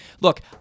Look